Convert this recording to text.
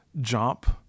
jump